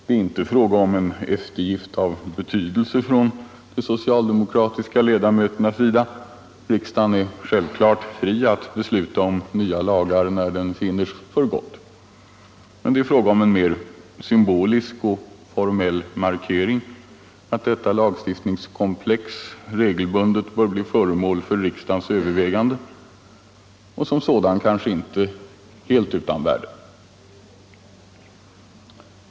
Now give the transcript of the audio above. Det är inte fråga om någon eftergift av betydelse från de socialdemokratiska ledamöternas sida. Riksdagen är självfallet fri att besluta om nya lagar när den så finner för gott. Det är fråga om en mer symbolisk och formell markering att detta lagstiftningskomplex regelbundet bör bli föremål för riksdagens övervägande och som sådan kanske inte helt utan värde.